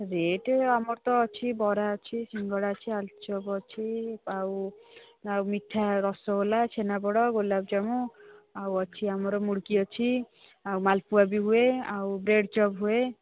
rate ଆମର ତ ଅଛି ବରା ଅଛି ସିଙ୍ଗଡ଼ା ଅଛି ଆଳୁଚପ୍ ଅଛି ଆଉ ଆଉ ମିଠା ରସଗୋଲା ଛେନାପୋଡ଼ ଗୋଲାପଜାମୁ ଆଉ ଅଛି ଆମର ମୁଡ଼କି ଅଛି ଆଉ ମାଲପୁଆ ବି ହୁଏ ଆଉ ବ୍ରେଡ଼ ଚପ୍ ହୁଏ